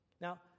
Now